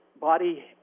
body